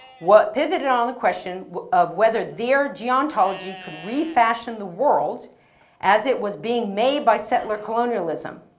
what pivoted on the question of whether their geontology could refashion the world as it was being made by settler colonialism.